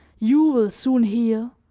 you will soon heal,